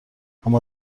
اما